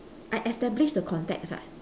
I establish the contacts eh